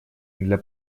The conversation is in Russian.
для